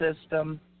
system